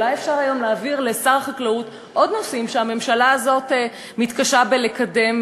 אולי אפשר היום להעביר לשר החקלאות עוד נושאים שהממשלה הזאת מתקשה לקדם.